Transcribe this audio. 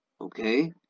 okay